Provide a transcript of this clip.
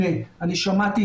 כן,